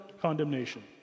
condemnation